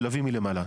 מלווים מלמעלה.